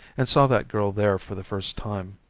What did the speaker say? and saw that girl there for the first time.